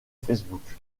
facebook